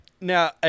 now